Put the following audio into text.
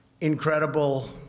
incredible